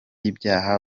ibyaha